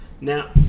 Now